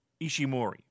Ishimori